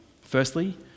Firstly